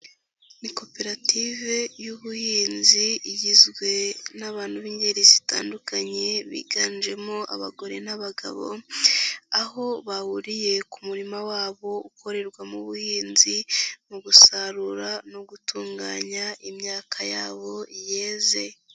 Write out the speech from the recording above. Ni koperative y'ubuhinzi igizwe n'abantu b'ingeri zitandukanye biganjemo abagore n'abagabo aho bahuriye ku murima wabo ukorerwamo buhinzi mu gusarura no gutunganya imyaka yabo yeze.